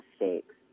mistakes